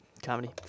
Comedy